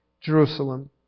Jerusalem